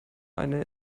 eine